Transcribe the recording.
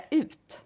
ut